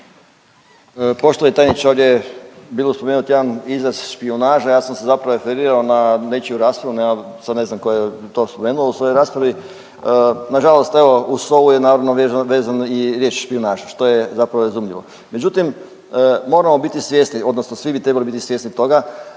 Poštovani tajniče, ovdje je bilo spomenut jedan izraz špijunaža, ja sam se zapravo referirao na nečiju raspravu sad ne znam tko je to spomenuo u svojoj raspravi. Nažalost evo uz SOA-u je naravno vezano i riječ špijunaža što je zapravo i razumljivo. Međutim, moramo biti svjesni odnosno svi bi trebali biti svjesni toga